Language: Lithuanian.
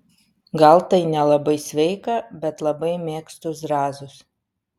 gal tai nelabai sveika bet labai mėgstu zrazus